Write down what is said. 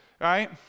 right